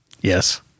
Yes